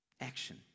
action